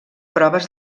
proves